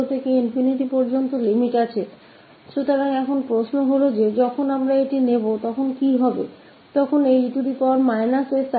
तो अब सवाल यह है कि क्या होगा जब हम ∞ को लेंगे इसका मतलब हम यहाँ रुचि कर रहे हैं